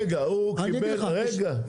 רגע, הוא קיבל, רגע.